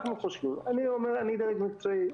אנחנו חושבים אני דרג מקצועי,